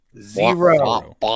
zero